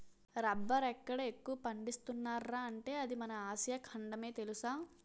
రబ్బరెక్కడ ఎక్కువ పండిస్తున్నార్రా అంటే అది మన ఆసియా ఖండమే తెలుసా?